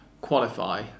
qualify